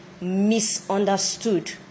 misunderstood